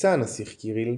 הוצא הנסיך קיריל,